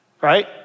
right